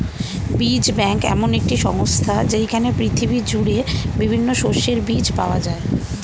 বীজ ব্যাংক এমন একটি সংস্থা যেইখানে পৃথিবী জুড়ে বিভিন্ন শস্যের বীজ পাওয়া যায়